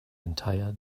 entire